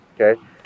Okay